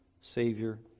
Savior